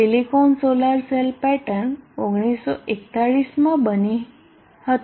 silicon solar cell patent 1941 માં બનાવી હતી